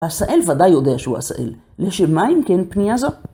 ‫עשאל ודאי יודע שהוא עשאל, ‫לשם מה אם כן הפניה הזו?